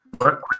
work